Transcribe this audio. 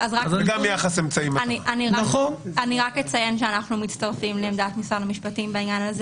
אני רק אציין שאנחנו מצטרפים לעמדת משרד המשפטים בעניין הזה